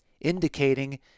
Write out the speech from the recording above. indicating